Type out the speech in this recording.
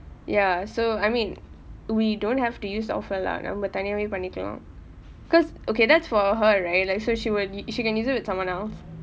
ya so I mean we don't have to use the offer lah நம்ம தனியாவே பண்ணிக்கலாம்:namma thaniyaave pannikkalaam because okay that's for her right like so she would she can use it with someone else